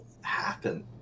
Happen